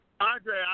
Andre